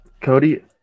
Cody